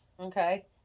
okay